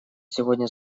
сегодня